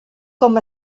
com